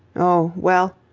oh, well,